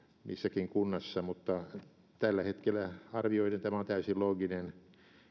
missäkin kunnassa mutta tällä hetkellä arvioiden tämä on täysin looginen